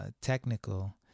technical